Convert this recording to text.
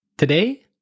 Today